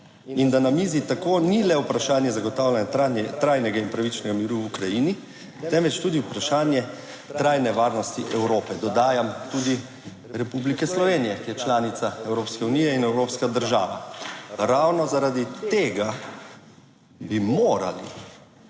in da na mizi tako ni le vprašanje zagotavljanja trajnega in pravičnega miru v Ukrajini, temveč tudi vprašanje trajne varnosti Evrope. Dodajam, tudi Republike Slovenije, ki je članica Evropske unije in evropska država. Ravno zaradi tega bi morali,